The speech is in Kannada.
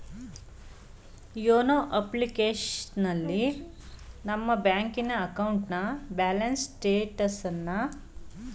ಯೋನೋ ಅಪ್ಲಿಕೇಶನಲ್ಲಿ ನಮ್ಮ ಬ್ಯಾಂಕಿನ ಅಕೌಂಟ್ನ ಬ್ಯಾಲೆನ್ಸ್ ಸ್ಟೇಟಸನ್ನ ಎಷ್ಟು ಸಾರಿ ಬೇಕಾದ್ರೂ ನೋಡಬೋದು